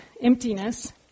Emptiness